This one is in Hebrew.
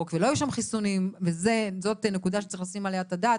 ולא היו שם חיסונים וזאת נקודה שצריך לשים עליה את הדעת.